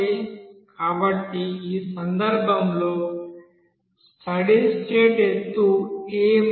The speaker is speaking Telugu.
కాబట్టి ఆ సందర్భంలో స్టడీ స్టేట్ ఎత్తు ab కి సమానం